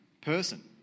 person